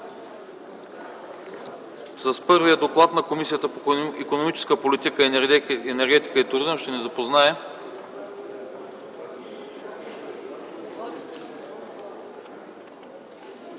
С доклада на Комисията по икономическа политика, енергетика и туризъм ще ни запознае